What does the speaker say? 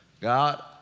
God